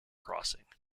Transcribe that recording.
crossing